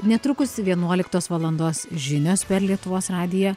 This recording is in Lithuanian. netrukus vienuoliktos valandos žinios per lietuvos radiją